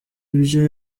ibyo